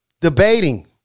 Debating